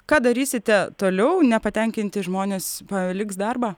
ką darysite toliau nepatenkinti žmonės paliks darbą